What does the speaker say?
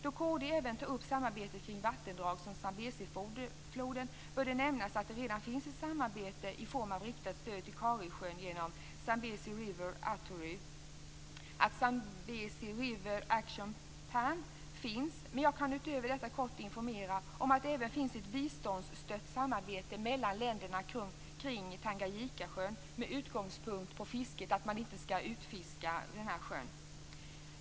Då kd även tar upp samarbetet kring vattendrag som Zambezifloden bör det nämnas att det redan finns ett samarbete i form av riktat stöd till Karisjön genom Zambezi River Authority. Zambezi River Action Pan finns, men jag kan utöver detta kort informera om att det även finns ett biståndsstött samarbete mellan länderna kring Tanganyikasjön med utgångspunkt i fisket. Man skall inte utfiska sjön.